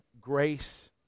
grace